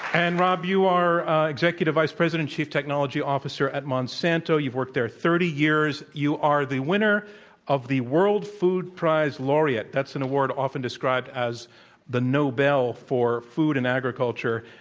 and, robb, you are executive vice president and chief technology officer at monsanto. you've worked there thirty years. you are the winner of the world food prize laureate. that's an award often described as the nobel for food and agriculture.